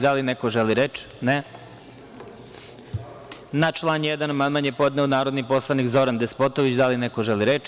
Da li neko želi reč? (Ne) Na član 1. amandman je podneo narodni poslanik Zoran Despotović Da li neko želi reč?